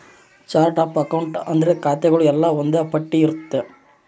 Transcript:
chart of account ಅಂದ್ರೆ ಖಾತೆಗಳು ಎಲ್ಲ ಒಂದ್ ಪಟ್ಟಿ ಇರುತ್ತೆ